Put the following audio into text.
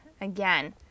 again